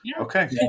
Okay